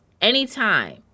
Anytime